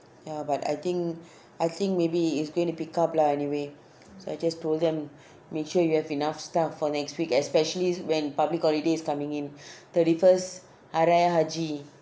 ya but I think I think maybe it's going to pick up lah anyway so I just told them make sure you have enough staff for next week especially when public holidays coming in thirty first hari raya haji